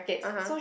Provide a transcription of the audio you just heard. (uh huh)